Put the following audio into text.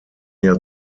jahr